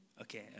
Okay